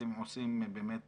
אתם עושים באמת